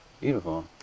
Beautiful